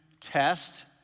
test